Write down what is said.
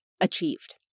achieved